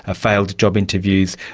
ah failed job interviews,